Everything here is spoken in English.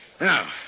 Now